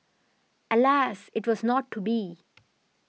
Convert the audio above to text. alas it was not to be